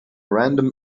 random